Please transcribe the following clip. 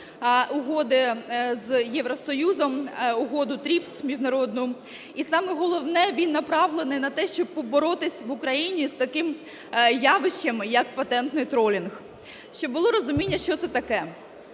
Угоди з Євросоюзом, Угоду ТРІПС міжнародну, і саме головне, він направлений на те, щоб поборотися в Україні з таким явищем, як "патентний тролінг". Щоб було розуміння, що це таке.